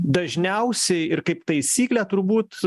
dažniausiai ir kaip taisyklė turbūt